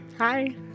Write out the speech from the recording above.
Hi